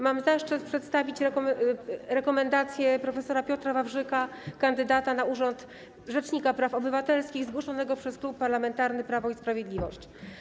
Mam zaszczyt przedstawić rekomendację prof. Piotra Wawrzyka - kandydata na urząd rzecznika praw obywatelskich zgłoszonego przez Klub Parlamentarny Prawo i Sprawiedliwość.